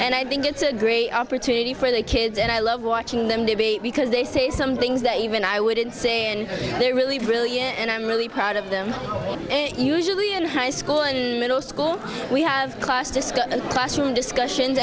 and i think it's a great opportunity for the kids and i love watching them debate because they say some things that even i wouldn't say and they're really brilliant and i'm really proud of them and usually in high school and middle school we have class discussion